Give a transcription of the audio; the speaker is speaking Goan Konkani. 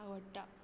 आवडटा